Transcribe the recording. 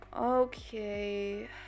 Okay